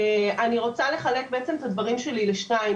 אני רוצה לחלק את הדברים שלי לשניים,